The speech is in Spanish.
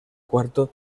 cuarto